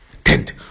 tent